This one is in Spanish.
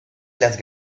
las